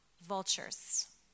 vultures